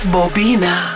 Bobina